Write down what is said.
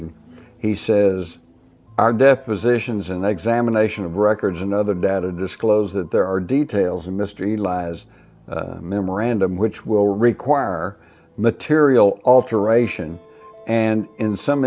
rankin he says are depositions an examination of records and other data disclose that there are details in mystery lies memorandum which will require material alteration and in some